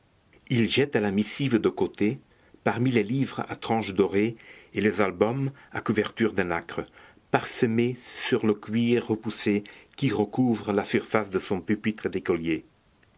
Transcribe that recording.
il jette la missive de côté parmi les livres à tranche dorée et les albums à couverture de nacre parsemés sur le cuir repoussé qui recouvre la surface de son pupitre d'écolier